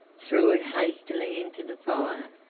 threw it hastily into the fire,